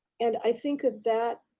and i think that that